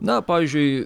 na pavyzdžiui